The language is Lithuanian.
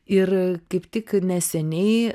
ir kaip tik neseniai